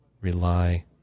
rely